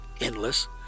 endless